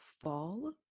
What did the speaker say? fall